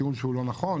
טיעון שהוא לא נכון.